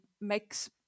makes